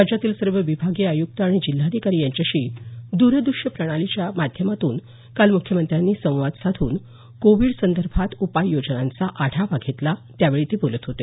राज्यातील सर्व विभागीय आयुक्त आणि जिल्हाधिकारी यांच्याशी द्रद्रश्य प्रणालीद्वारे काल म्ख्यमंत्र्यांनी संवाद साधून कोविड संदर्भात उपाययोजनांचा आढावा घेतला त्यावेळी ते बोलत होते